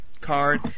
card